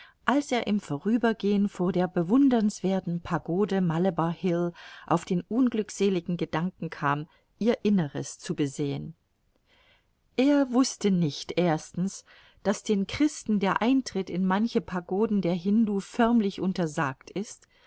als er im vorübergehen vor der bewundernswerthen pagode malebar hill auf den unglückseligen gedanken kam ihr inneres zu besehen er wußte nicht erstens daß den christen der eintritt in manche pagoden der hindu förmlich untersagt ist